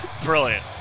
Brilliant